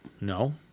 No